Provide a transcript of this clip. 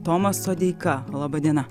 tomas sodeika laba diena